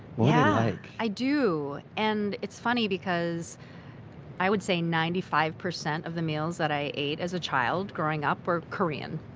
yeah i i do, and it's funny because i would say ninety five percent of the meals that i ate as a child growing up were korean.